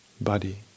body